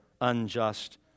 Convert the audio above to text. unjust